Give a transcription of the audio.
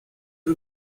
não